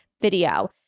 video